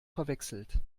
verwechselt